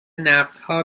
نقدها